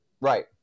right